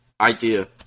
idea